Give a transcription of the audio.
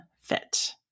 fit